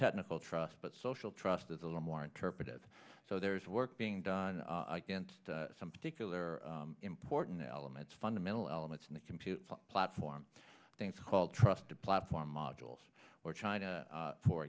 technical trust but social trust is a little more interpretive so there's work being done against some particular important elements fundamental elements in the computer platform things called trusted platform module or china